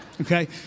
Okay